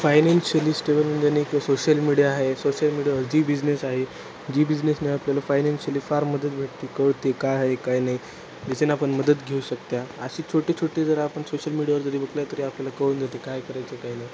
financially stable म्हणजे नाही का सोशल मीडिया आहे सोशल मीडिया यावर जी बिझनेस आहे जी बिझनेसने आपल्याला फायनान्शियली फार मदत भेटते कळते काय आहे काय नाही जसे न आपण मदत घेऊ शकता अशी छोटे छोटे जर आपण सोशल मीडियावर जरी बघितला तरी आपल्याला कळून जाते काय करायचं काय नाही